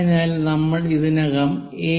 അതിനാൽ നമ്മൾ ഇതിനകം എ